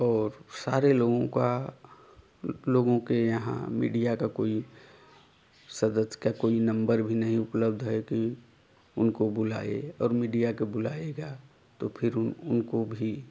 और सारे लोगों का लोगों के यहाँ मीडिया का कोई सदस्य का कोई नंबर भी नहीं उपलब्ध है कि उनको बुलाए और मीडिया के बुलाएगा तो फिर उनको भी